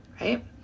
Right